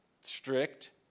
strict